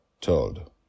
Told